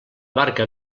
barca